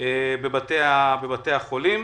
בבתי החולים.